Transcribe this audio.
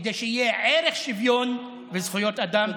כדי שיהיו ערך שוויון וזכויות אדם.